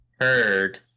heard